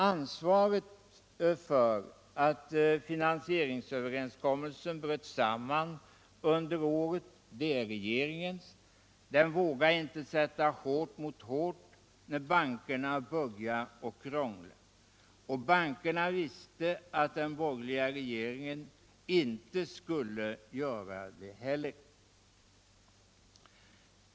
Ansvaret för att finansieringsöverenskommelsen bröt samman under året är regeringens. Den vågade inte sätta hårt mot hårt, när bankerna började krångla. Och bankerna visste att den borgerliga regeringen inte skulle göra det heller.